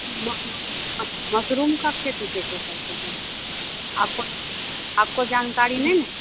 मा मशरूम का खेती कैसे करते हैं आपको आपको जानकारी नै न